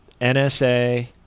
NSA